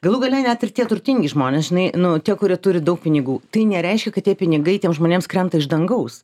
galų gale net ir tie turtingi žmonės žinai nu tie kurie turi daug pinigų tai nereiškia kad tie pinigai tiem žmonėms krenta iš dangaus